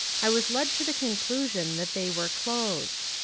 i was led to the conclusion that they were closed.